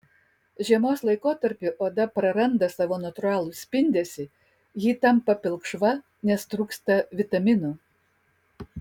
žiemos laikotarpiu oda praranda savo natūralų spindesį ji tampa pilkšva nes trūksta vitaminų